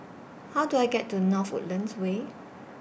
How Do I get to North Woodlands Way